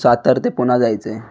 सातारा ते पुणे जायचं आहे